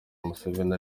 museveni